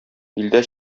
илдә